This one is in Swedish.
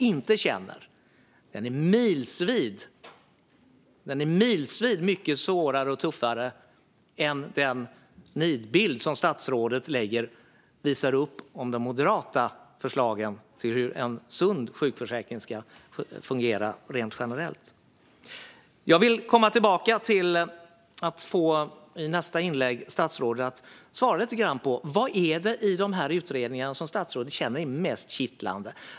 Det är en mycket svårare och tuffare situation än den nidbild som statsrådet visar upp om de moderata förslagen till hur en sund sjukförsäkring ska fungera rent generellt. Jag vill få statsrådet att i nästa inlägg svara lite grann på: Vad är det i dessa utredningar som statsrådet känner är mest kittlande?